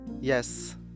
Yes